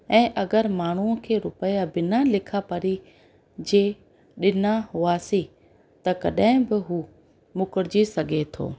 ऐं अगरि माण्हूअ खे रुपया बिना लिखा पढ़ी जे ॾिना हुआसीं त कॾहिं बि हू मुकिरिजी सघे थो